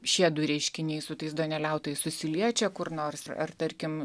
šie du reiškiniai su tais duoneliautojai susiliečia kur nors ar tarkim